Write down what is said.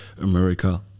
America